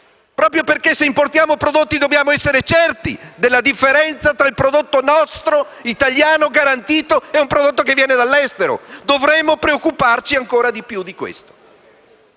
Proprio per questo, se importiamo prodotti, dobbiamo essere certi della differenza tra il nostro prodotto, italiano, garantito, e un prodotto che viene dall'estero. Dovremmo preoccuparci ancora di più di questo.